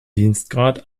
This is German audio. dienstgrad